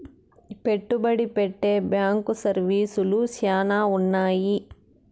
పెట్టుబడి పెట్టే బ్యాంకు సర్వీసులు శ్యానా ఉన్నాయి